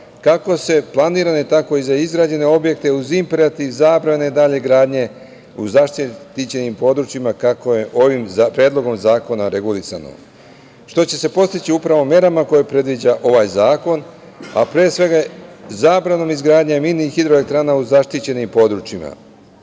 kako za planirane, tako i za izgrađene objekte, uz imperativ zabrane dalje gradnje u zaštićenim područjima, kako je ovim Predlogom zakona regulisano, što će se postići upravo merama koje predviđa ovaj zakon, a pre svega zabranom izgradnje mini hidroelektrana u zaštićenim područjima.